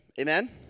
Amen